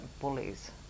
bullies